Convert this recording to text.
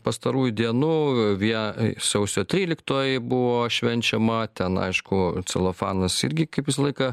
pastarųjų dienų vie sausio tryliktoji buvo švenčiama ten aišku celofanas irgi kaip visą laiką